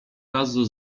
razu